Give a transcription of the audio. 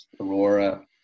Aurora